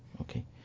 okay